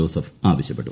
Joseph ആവശ്യപ്പെട്ടു